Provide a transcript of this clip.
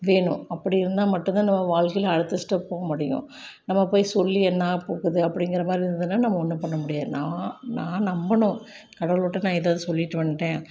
வேணும் அப்படி இருந்தால் மட்டுந்தான் நம்ம வாழ்க்கையில் அடுத்த ஸ்டெப் போக முடியும் நம்ம போய் சொல்லி என்ன ஆகப்போகுது அப்படிங்குற மாதிரி இருந்ததுன்னால் நம்ம ஒன்றும் பண்ண முடியாது நான் நான் நம்பணும் கடவுளுட்ட நான் இதை இதை சொல்லிவிட்டு வந்துட்டேன்